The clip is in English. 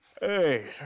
Hey